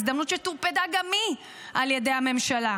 הזדמנות שטורפדה גם היא על ידי הממשלה.